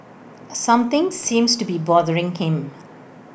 something seems to be bothering him